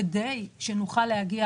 כדי שנוכל להגיע